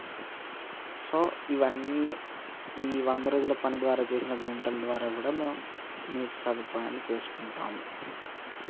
so ఇవన్నీ ఈ వంద రోజుల పని ద్వారా చేసిన గుంటల ద్వారా కూడా మేము నీటి సదుపాయాన్ని చేసుకుంటాము